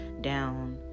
down